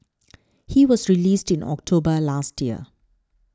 he was released in October last year